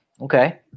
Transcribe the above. Okay